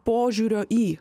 požiūrio į